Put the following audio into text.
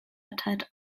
erteilt